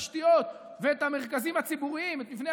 ואני אחשוף את זה, חכה.